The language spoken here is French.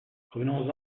revenons